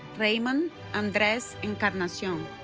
raymond andres encarnacion